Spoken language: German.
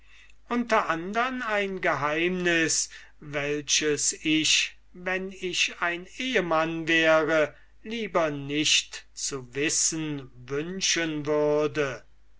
unter andern ein geheimnis welches ich wenn ich ein ehmann wäre lieber nicht zu wissen wünschen würde